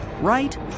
right